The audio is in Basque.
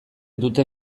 dute